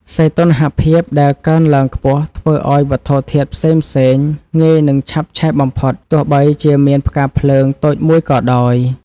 សីតុណ្ហភាពដែលកើនឡើងខ្ពស់ធ្វើឱ្យវត្ថុធាតុផ្សេងៗងាយនឹងឆាប់ឆេះបំផុតទោះបីជាមានផ្កាភ្លើងតូចមួយក៏ដោយ។